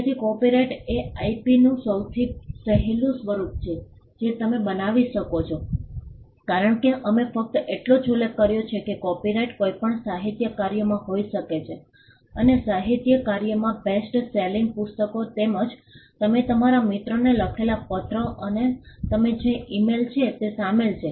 તેથી કોપિરાઇટ એ આઇપીનું સૌથી સહેલું સ્વરૂપ છે જે તમે બનાવી શકો છો કારણ કે અમે ફક્ત એટલું જ ઉલ્લેખ કર્યો છે કે કોપિરાઇટ કોઈપણ સાહિત્યિક કાર્યોમાં હોઈ શકે છે અને સાહિત્યિક કાર્યમાં બેસ્ટ સેલિંગ પુસ્તકો તેમજ તમે તમારા મિત્રને લખેલા પત્ર અથવા તમે જે ઇમેઇલ છે તે શામેલ છે